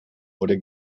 oder